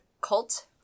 cult